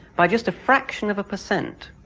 by just a fraction of a percent,